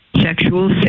Sexual